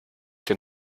den